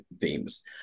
themes